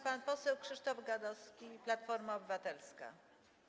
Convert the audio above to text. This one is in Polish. Pan poseł Krzysztof Gadowski, Platforma Obywatelska.